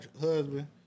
husband